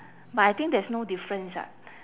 but I think there's no difference [what]